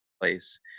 place